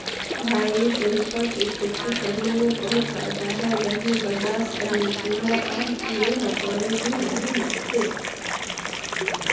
भाई शरीफा की खेती करने में बहुत फायदा है गर्मी बर्दाश्त कर लेती है और कीड़े मकोड़े भी नहीं लगते